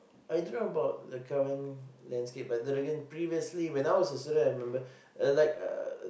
I don't know about the current landscape but then again previously when I was a student I remember uh like uh